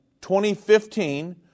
2015